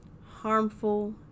harmful